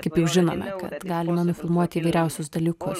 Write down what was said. kaip jau žinome kad galima nufilmuoti įvairiausius dalykus